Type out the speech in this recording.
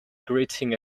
greeting